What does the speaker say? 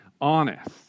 honest